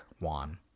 Juan